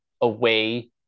away